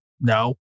No